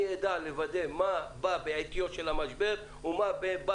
אני אדע מה בא בעטיו של המשבר ומה בא